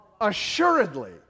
Assuredly